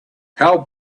how